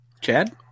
Chad